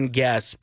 guess